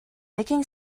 nicking